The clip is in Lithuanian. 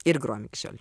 ir grojam iki šiol